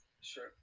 Sure